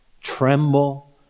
tremble